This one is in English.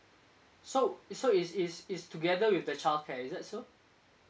so is so is is is together with the childcare is that so